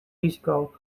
risico